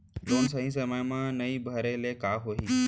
Loan सही समय मा नई भरे ले का होही?